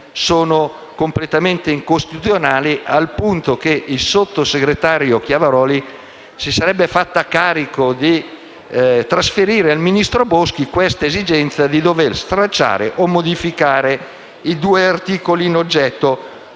sono completamente incostituzionali, al punto che il sottosegretario Chiavaroli si sarebbe fatta carico di trasferire al ministro Boschi l'esigenza di stralciare o modificare i due articoli in oggetto.